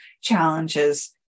challenges